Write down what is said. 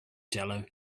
jello